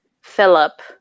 Philip